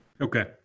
Okay